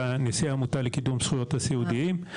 ונשיא העמותה לקידום זכויות הסיעודיים.